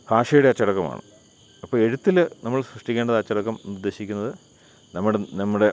ഭാഷയുടെ അച്ചടക്കമാണ് അപ്പോൾ എഴുത്തിൽ നമ്മൾ സൃഷ്ടിക്കേണ്ടതായ അച്ചടക്കം എന്ന് ഉദ്ദേശിക്കുന്നത് നമ്മുടെ നമ്മുടെ